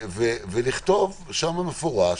הם יכולים לכתוב במפורש,